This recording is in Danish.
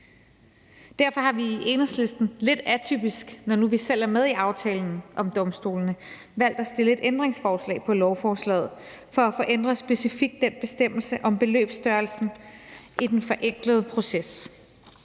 Derfor har vi i Enhedslisten lidt atypisk, når nu vi selv er med i aftalen om domstolene, valgt at stille et ændringsforslag til lovforslaget for at få ændret specifikt den bestemmelse om beløbsstørrelsen i den forenklede proces.